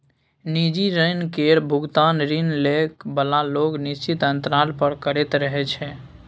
निजी ऋण केर भोगतान ऋण लए बला लोक निश्चित अंतराल पर करैत रहय छै